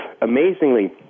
amazingly